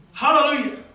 Hallelujah